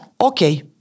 Okay